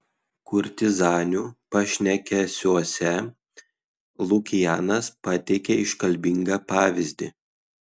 kurtizanių pašnekesiuose lukianas pateikia iškalbingą pavyzdį